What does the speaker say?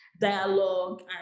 dialogue